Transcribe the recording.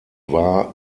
war